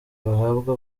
bahabwa